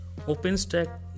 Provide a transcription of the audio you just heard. OpenStack